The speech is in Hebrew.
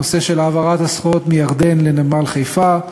נושא העברת הסחורות מירדן לנמל חיפה,